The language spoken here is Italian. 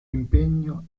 impegno